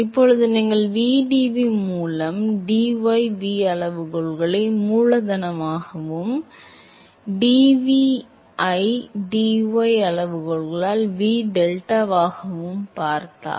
இப்போது நீங்கள் vdv மூலம் dy v அளவுகோல்களை மூலதனம் V ஆகவும் dv ஐ dy அளவுகோல்களால் V டெல்டாவாகவும் பார்த்தால்